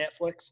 Netflix